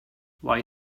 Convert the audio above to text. why